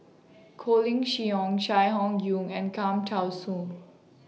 Colin Cheong Chai Hon Yoong and Cham Tao Soon